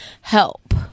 help